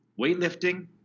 weightlifting